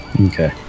Okay